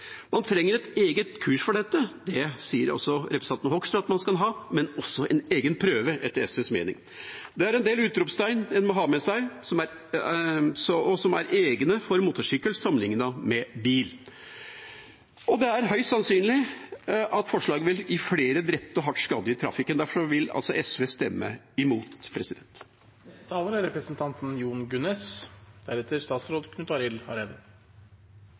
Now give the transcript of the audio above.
Man trenger et eget kurs for dette – og det sier også representanten Hoksrud at man skal ha – men også en egen prøve, etter SVs mening. Det er en del egne utropstegn en må ha med seg for motorsykkel sammenlignet med bil. Det er høyst sannsynlig at forslaget vil gi flere drepte og hardt skadde i trafikken. Derfor vil SV stemme mot. Det ser ut som det er